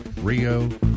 Rio